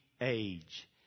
age